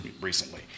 recently